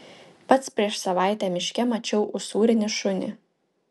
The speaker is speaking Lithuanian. pats prieš savaitę miške mačiau usūrinį šunį